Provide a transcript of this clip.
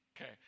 okay